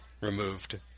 Removed